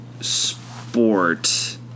sport